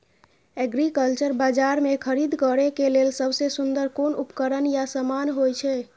Agriculture बाजार में खरीद करे के लेल सबसे सुन्दर कोन उपकरण या समान होय छै?